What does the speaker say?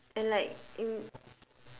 and like you